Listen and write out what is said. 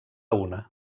una